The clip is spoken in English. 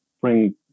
bring